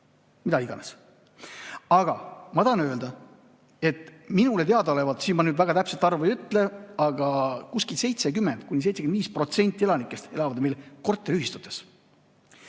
mida iganes. Aga ma tahan öelda, et minule teadaolevalt, ma väga täpset arvu ei ütle, 70–75% elanikest elavad meil korteriühistutes.